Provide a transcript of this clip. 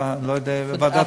לא יודע לאיזו ועדה.